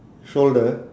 shoulder